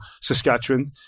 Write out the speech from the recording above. Saskatchewan